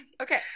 Okay